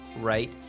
right